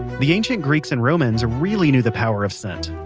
the ancient greeks and romans really knew the power of scent,